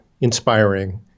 inspiring